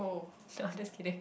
no I just kidding